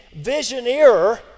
visioneer